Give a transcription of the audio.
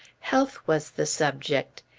health was the subject.